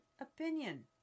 opinion